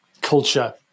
culture